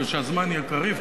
ושהזמן יהיה קריב,